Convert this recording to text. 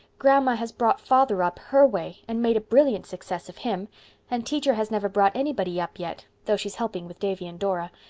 grandma has brought father up her way and made a brilliant success of him and teacher has never brought anybody up yet, though she's helping with davy and dora.